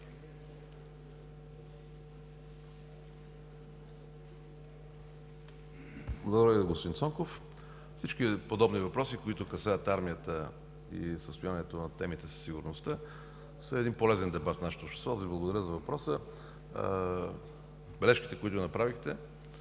Ви, господин Цонков. Всички подобни въпроси, които касаят състоянието на армията и темите за сигурността, са полезен дебат в нашето общество. Аз Ви благодаря за въпроса. Бележките, които направихте